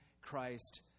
Christ